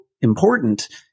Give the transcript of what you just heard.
important